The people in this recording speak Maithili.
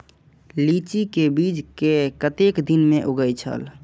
लीची के बीज कै कतेक दिन में उगे छल?